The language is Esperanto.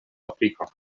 afriko